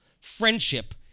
friendship